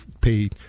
pay